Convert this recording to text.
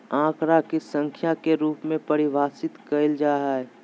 आंकड़ा के संख्या के रूप में परिभाषित कइल जा हइ